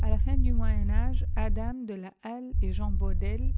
a la fin du moyen âge adam de la flandre artois hainaut picardie isg halle et jean bodel